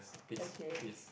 okay